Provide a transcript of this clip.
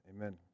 Amen